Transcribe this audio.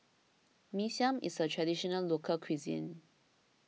Mee Siam is a Traditional Local Cuisine